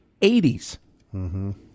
80s